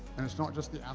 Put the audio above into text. and it's not just the.